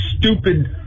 stupid